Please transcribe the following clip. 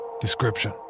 Description